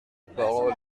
parole